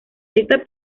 esta